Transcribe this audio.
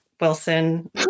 Wilson